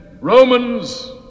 Romans